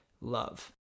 love